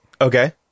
Okay